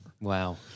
Wow